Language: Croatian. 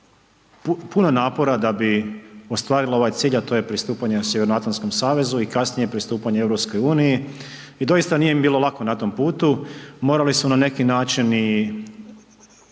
puno napora da bi ostvarila ovaj cilj, a to je pristupanje Sjevernoatlantskom savezu i kasnije pristupanje EU i doista nije im bilo lako na tom putu. Morali su na neki način i